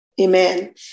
Amen